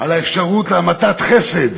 על האפשרות להמתת חסד,